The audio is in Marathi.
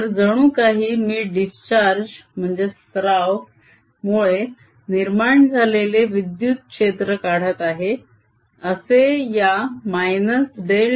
तर जणू काही मी डिस्चार्जस्त्रावमुळे निर्माण झालेले विद्युत क्षेत्र काढत आहे असे या -डेल